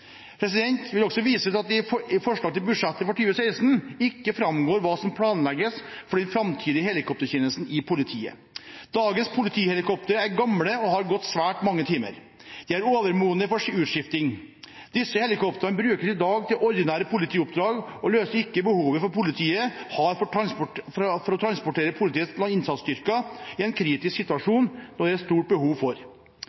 vil også vise til at det i forslaget til budsjett for 2016 ikke framgår hva som planlegges for den framtidige helikoptertjenesten i politiet. Dagens politihelikoptre er gamle og har gått svært mange timer. De er overmodne for utskifting. Disse helikoptrene brukes i dag til ordinære politioppdrag og løser ikke behovet som politiet har for å transportere politiets innsatsstyrker i en kritisk situasjon, noe som det er stort behov for.